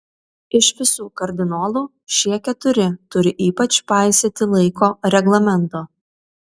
iš visų kardinolų šie keturi turi ypač paisyti laiko reglamento